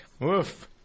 Woof